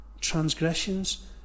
transgressions